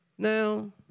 Now